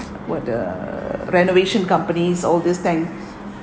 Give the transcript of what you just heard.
what the renovation companies all these things